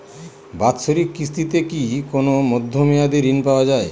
বাৎসরিক কিস্তিতে কি কোন মধ্যমেয়াদি ঋণ পাওয়া যায়?